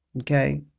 okay